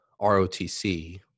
ROTC